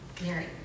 Mary